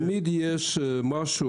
תמיד יש משהו.